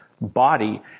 body